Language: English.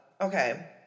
okay